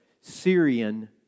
Syrian